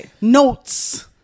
Notes